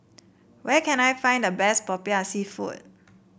where can I find the best Popiah seafood